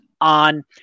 on